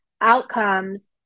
outcomes